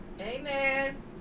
Amen